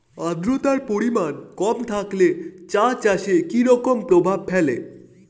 আদ্রতার পরিমাণ কম থাকলে চা চাষে কি রকম প্রভাব ফেলে?